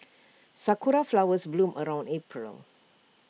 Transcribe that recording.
Sakura Flowers bloom around April